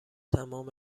تمام